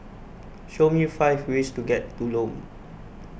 show me five ways to get to Lome